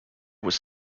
was